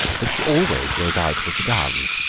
but she always goes out with the guns.